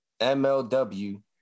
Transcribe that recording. MLW